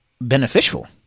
beneficial